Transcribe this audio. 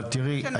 אבל תראי,